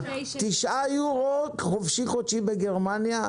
9 יורו חופשי-חודשי בגרמניה,